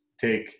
take